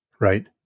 Right